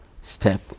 step